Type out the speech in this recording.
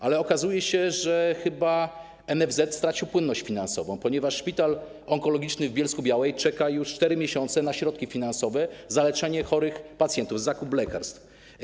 Ale okazuje się, że chyba NFZ stracił płynność finansową, ponieważ szpital onkologiczny w Bielsku-Białej czeka już 4 miesiące na środki finansowe za leczenie chorych pacjentów i zakup lekarstw.